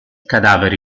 cadavere